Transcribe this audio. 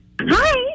Hi